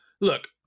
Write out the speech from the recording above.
look